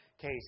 case